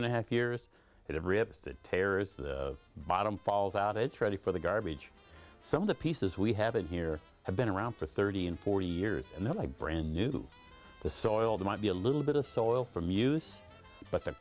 and a half years it rips to terrorise the bottom falls out it's ready for the garbage some of the pieces we have in here have been around for thirty and forty years and then i brand new to the soil they might be a little bit of soil from use but the